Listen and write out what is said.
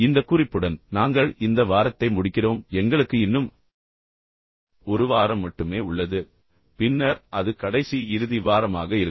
இந்த குறிப்புடன் நாங்கள் இந்த வாரத்தை முடிக்கிறோம் எங்களுக்கு இன்னும் ஒரு வாரம் மட்டுமே உள்ளது பின்னர் அது கடைசி இறுதி வாரமாக இருக்கும்